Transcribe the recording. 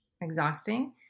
Exhausting